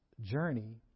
journey